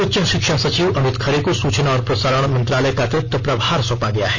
उच्च शिक्षा सचिव अमित खरे को सूचना और प्रसारण मंत्रालय का अतिरिक्त प्रभार सौंपा गया है